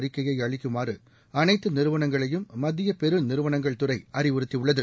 அறிக்கையை அளிக்குமாறு அனைத்து நிறுவனங்களையும் மத்திய பெரு நிறுவனங்கள் துறை அறிவுறுத்தியுள்ளது